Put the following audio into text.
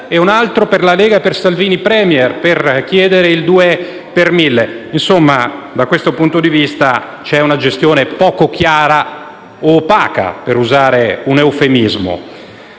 e un altro per la Lega per Salvini Premier - per chiedere il 2 per mille. Da questo punto di vista c'è una gestione poco chiara o opaca, per usare un eufemismo.